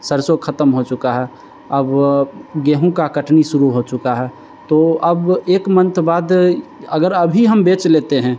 सरसों ख़त्म हो चुका है अब गेहूँ का कटनी शुरू हो चुका है तो अब एक मंथ बाद अगर अभी हम बेच लेते हैं